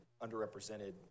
underrepresented